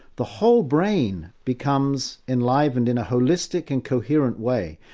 the whole brain becomes enlivened in a holistic and coherent way.